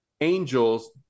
angels